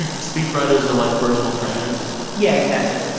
and speechwriters are like personal trainers yeah, exactly.